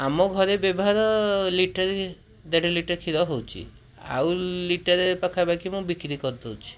ଆମଘରେ ବ୍ୟବହାର ଲିଟରେ ଦେଢ଼ଲିଟର କ୍ଷୀର ହେଉଛି ଆଉ ଲିଟରେ ପାଖାପାଖି ମୁଁ ବିକ୍ରି କରିଦଉଛି